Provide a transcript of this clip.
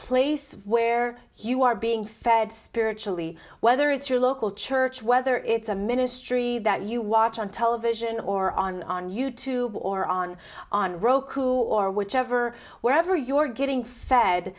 place where you are being fed spiritually whether it's your local church whether it's a ministry that you watch on television or on on you tube or on on roku or whichever wherever you're getting fed